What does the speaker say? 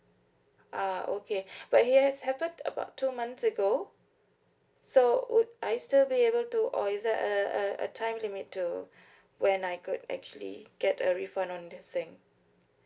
ah okay but it has happened about two months ago so would I still be able to or is there a a a time limit to when I could actually get a refund on this thing